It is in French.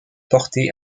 porté